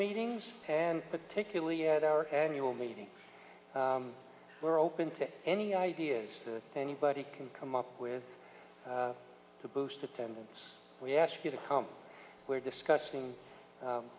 meetings and particularly at our annual meeting we're open to any ideas anybody can come up with to boost attendance we ask you to comp we're discussing